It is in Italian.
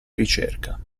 ricerca